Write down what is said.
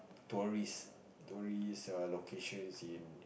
tourist tourist err locations in